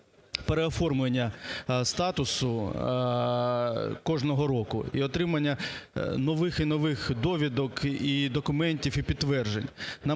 переоформлення статусу кожного року і отримання нових і нових довідок і документів, і підтверджень.